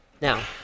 now